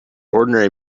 ordinary